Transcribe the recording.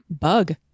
bug